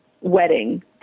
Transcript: wedding